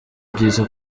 byiza